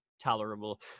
tolerable